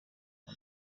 nta